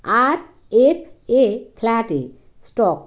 আর এফ এ ফ্ল্যাটে স্টক